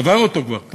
הוא עבר אותו, לא?